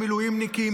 המילואימניקים,